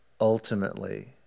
ultimately